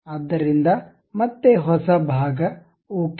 ಆದ್ದರಿಂದ ಮತ್ತೆ ಹೊಸ ಭಾಗ ಓಕೆ